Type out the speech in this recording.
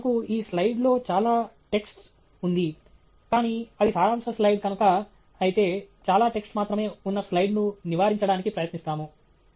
ఉదాహరణకు ఈ స్లయిడ్లో చాలా టెక్స్ట్ ఉంది కానీ అది సారాంశ స్లైడ్ కనుక అయితే చాలా టెక్స్ట్ మాత్రమే ఉన్న స్లైడ్ను నివారించడానికి ప్రయత్నిస్తాము